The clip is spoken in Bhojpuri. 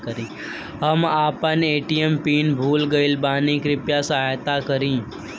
हम आपन ए.टी.एम पिन भूल गईल बानी कृपया सहायता करी